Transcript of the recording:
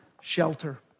shelter